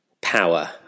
power